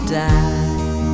die